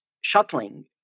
shuttling